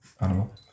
animal